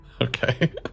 Okay